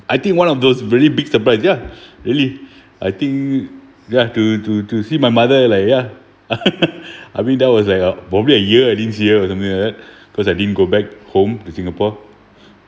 I think one of those really big surprise ya really I think ya to to to see my mother like ya I mean that was like a probably a year I didn't see her or something like that cause I didn't go back home to singapore